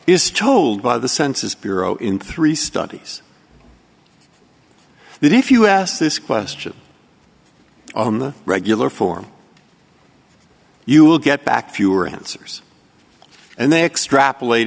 is told by the census bureau in three studies that if you ask this question on the regular form you will get back fewer answers and they extrapolate